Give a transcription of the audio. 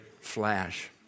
flash